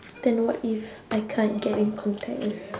then what if I can't get in contact with